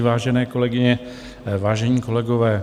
Vážené kolegyně, vážení kolegové.